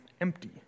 empty